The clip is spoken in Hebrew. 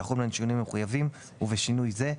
שיחול בשינויים המחויבים ובשינוי זה: